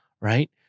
right